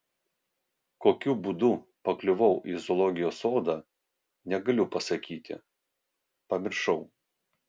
kokiu būdu pakliuvau į zoologijos sodą negaliu pasakyti pamiršau